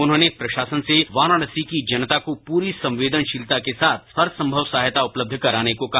उन्होंने प्रशासन से वाराणसी कीजनता को पूरी संवेदनशीलता के साथ हरसंभव सहायता उपलब्ध कराने को कहा